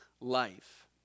life